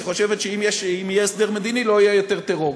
שחושבת שאם יהיה הסדר מדיני לא יהיה יותר טרור.